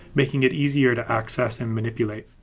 making it easier to access and manipulate.